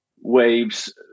waves